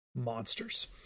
monsters